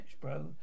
bro